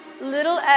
Little